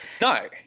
No